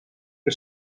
que